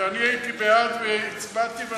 והייתי בעד והצבעתי,